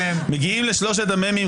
מגיעים לשלושת המ"מים,